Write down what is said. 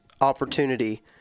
opportunity